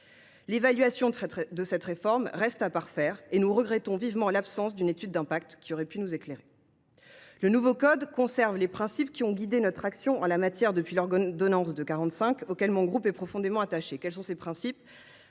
L’évaluation de cette réforme reste à parfaire, et nous regrettons vivement l’absence d’une étude d’impact qui aurait pu nous éclairer. Le nouveau code conserve les principes qui ont guidé notre action en la matière depuis l’ordonnance de 1945 et auxquels mon groupe est profondément attaché. Quels sont ces principes ?